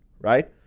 right